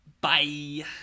bye